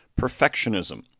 perfectionism